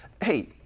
hey